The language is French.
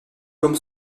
comme